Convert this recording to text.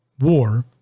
War